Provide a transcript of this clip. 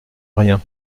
rien